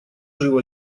жил